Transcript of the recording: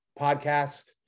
podcast